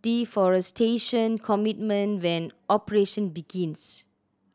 deforestation commitment when operation begins